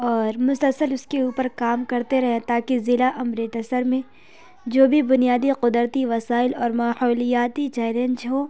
اور مسلسل اس کے اوپر کام کرتے رہیں تاکہ ضلع امرتسر میں جو بھی بنیادی قدرتی وسائل اور ماحولیاتی چیلینج ہوں